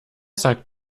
sagt